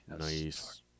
nice